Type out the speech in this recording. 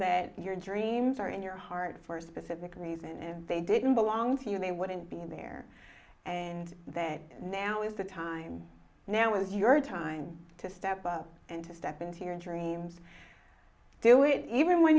that your dreams are in your heart for a specific reason and they didn't belong to you they wouldn't be there and then now is the time now is your time to step up and to step in here and dreams do it even when